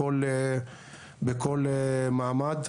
בכל מעמד.